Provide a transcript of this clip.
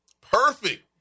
Perfect